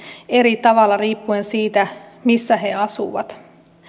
eri tavalla riippuen siitä missä he asuvat